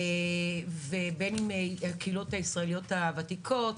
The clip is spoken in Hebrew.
בין אם הקהילות הישראליות הוותיקות,